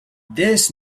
this